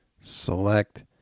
select